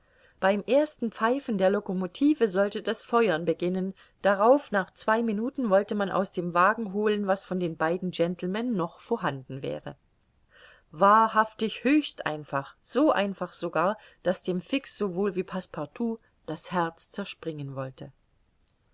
beim ersten pfeifen der locomotive sollte das feuern beginnen darauf nach zwei minuten wollte man aus dem wagen holen was von den beiden gentlemen noch vorhanden wäre wahrhaftig höchst einfach so einfach sogar daß dem fix sowohl wie passepartout das herz zerspringen wollte